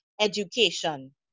education